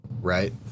right